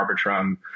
arbitrum